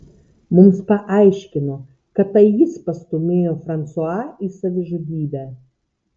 mums paaiškino kad tai jis pastūmėjo fransua į savižudybę